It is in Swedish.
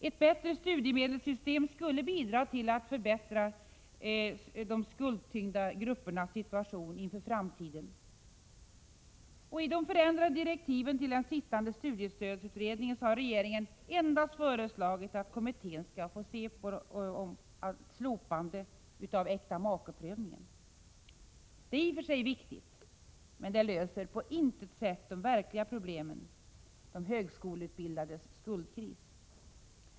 Ett bättre studiemedelssystem skulle bidra till att förbättra de skuldtyngda gruppernas situation inför framtiden. I de förändrade direktiven till den sittande studiestödsutredningen har regeringen endast föreslagit att kommittén skall få se på ett slopande av äktamakeprövningen. Det är i och för sig viktigt, men det löser på intet sätt det verkliga problemet — de högskoleutbildades skuldkris.